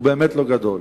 הוא באמת לא גדול.